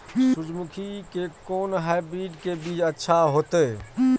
सूर्यमुखी के कोन हाइब्रिड के बीज अच्छा होते?